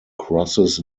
crosses